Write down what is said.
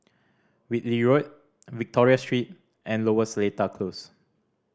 Whitley Road Victoria Street and Lower Seletar Close